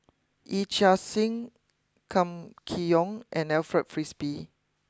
Yee Chia Hsing Kam Kee Yong and Alfred Frisby